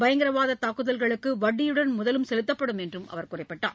பயங்கரவாத தாக்குதல்களுக்கு வட்டியுடன் முதலும் செலுத்தப்படும் என்று அவர் குறிப்பிட்டார்